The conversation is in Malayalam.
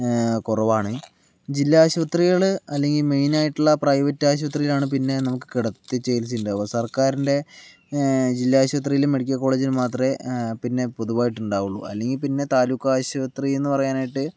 കുറവാണ് ജില്ലാ ആശുപത്രികൾ അല്ലെങ്കിൽ മെയിനായിട്ടുള്ള പ്രൈവറ്റ് ആശുപത്രിലാണ് പിന്നെ നമുക്ക് കിടത്തി ചികിത്സ ഉണ്ടാവുക സർക്കാരിൻ്റെ ജില്ലാ ആശുപത്രിലും മെഡിക്കൽ കോളേജിലും മാത്രമേ പിന്നെ പൊതുവായിട്ടുണ്ടാവുകയു ള്ളൂ അല്ലെങ്കിൽ പിന്നെ താലൂക്ക് ആശുപത്രി എന്നു പറയാനായിട്ട്